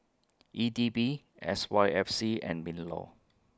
E D B S Y F C and MINLAW